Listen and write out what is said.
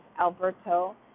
Alberto